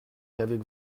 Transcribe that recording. qu’avec